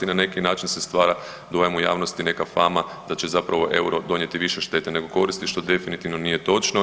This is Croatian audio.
Na neki način se stvara dojam u javnosti neka fama da će zapravo euro donijeti više štete nego koristi što definitivno nije točno.